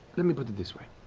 let me put it this way.